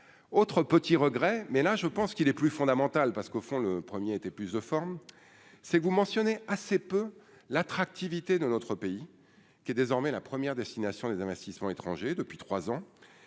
autre petit regret mais là je pense qu'il est plus fondamentale parce qu'au fond le 1er était plus de formes, c'est vous mentionnez assez peu l'attractivité de notre pays qui est désormais la première destination des investissements étrangers depuis 3 ans